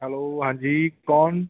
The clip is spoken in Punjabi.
ਹੈਲੋ ਹਾਂਜੀ ਕੌਣ